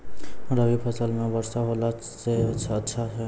रवी फसल म वर्षा होला से अच्छा छै?